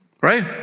Right